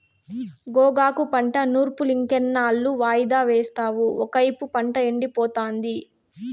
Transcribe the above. గోగాకు పంట నూర్పులింకెన్నాళ్ళు వాయిదా యేస్తావు ఒకైపు పంట ఎండిపోతాంది